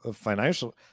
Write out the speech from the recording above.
financial